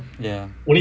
ya